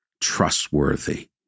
trustworthy